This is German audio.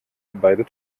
beide